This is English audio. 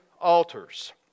altars